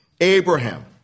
Abraham